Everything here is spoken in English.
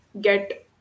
get